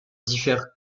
divers